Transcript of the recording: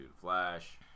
Flash